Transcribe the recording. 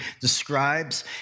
describes